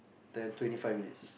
ten twenty five minutes